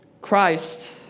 Christ